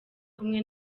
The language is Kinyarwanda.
kumwe